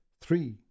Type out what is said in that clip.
three